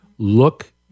Look